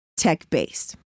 tech-based